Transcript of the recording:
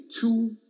two